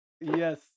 Yes